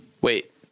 Wait